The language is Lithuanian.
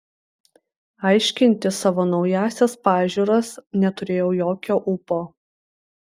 aiškinti savo naująsias pažiūras neturėjau jokio ūpo